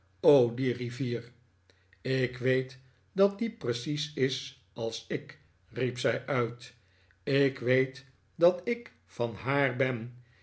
o die rivier ik weet dat die precies is als ik riep zij uit ik weet dat ik van haar ben